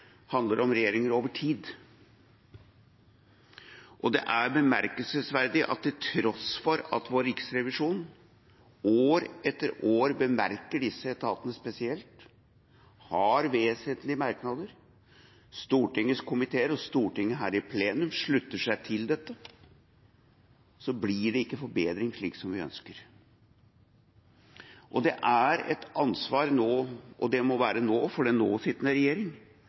handler om regjeringer over tid. Og det er bemerkelsesverdig at til tross for at Riksrevisjonen år etter år bemerker disse etatene spesielt – har vesentlige merknader – og Stortingets komiteer og Stortinget her i plenum slutter seg til dette, blir det ikke forbedring slik som vi ønsker. Det er et ansvar nå – og det må være nå, for den nå sittende regjering